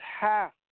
half